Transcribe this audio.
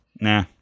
Nah